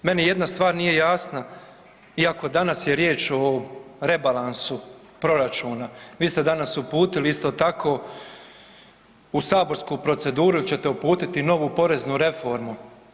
Meni jedna stvar nije jasna iako danas je riječ o rebalansu proračuna, vi ste danas uputili isto tako, u saborsku proceduru ćete uputiti novu poreznu reformu.